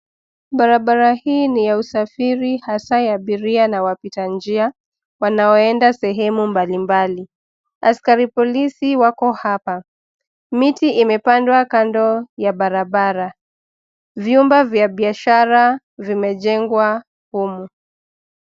Barabara hii ni ya usafiri, hasa ya abiria na wapita njia wanaoenda sehemu mbalimbali. Askari polisi wako hapa, miti imepandwa kando ya barabara, vyumba vya biashara vimejengwa humu.